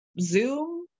Zoom